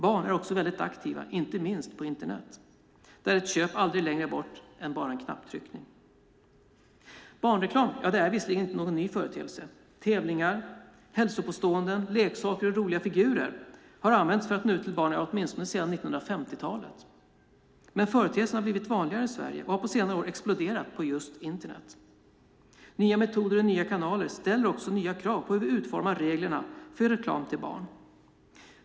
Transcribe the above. Barn är också väldigt aktiva inte minst på Internet, där ett köp aldrig är längre bort än en knapptryckning. Barnreklam är visserligen inte någon ny företeelse. Tävlingar, hälsopåståenden, leksaker och roliga figurer har använts för att nå ut till barn åtminstone sedan 1950-talet. Men företeelsen har blivit vanligare i Sverige och har på senare år exploderat på just Internet. Nya metoder och nya kanaler ställer också nya krav på hur vi utformar reglerna för reklam till barn.